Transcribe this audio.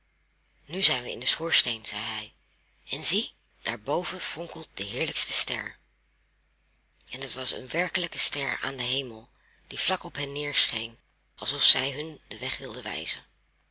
nu zijn wij in den schoorsteen zeide hij en zie daarboven fonkelt de heerlijkste ster en het was een werkelijke ster aan den hemel die vlak op hen neer scheen alsof zij hun den weg wilde wijzen